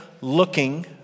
looking